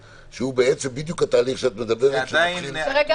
בעצם בדיוק התהליך שאת מדברת עליו ------ כן,